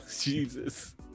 Jesus